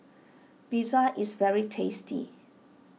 Pizza is very tasty